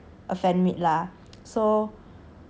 the next day we already had something on then after that